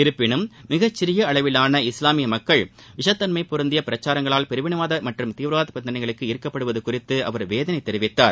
இருப்பினும் மிகச்சிறிய அளவிலான இஸ்லாமிய மக்கள் விஷத்தன்மை பொருந்திய பிரசாரங்களால் பிரிவினைவாத மற்றும் தீவிரவாத சிந்தனைகளுக்கு ஈர்க்கப்படுவது குறித்து அவர் வேதனை தெரிவித்தார்